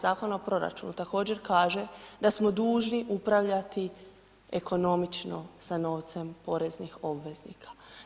Zakona o proračunu također kaže da smo dužni upravljati ekonomično sa novcem poreznih obveznika.